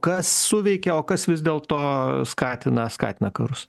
kas suveikia o kas vis dėlto skatina skatina karus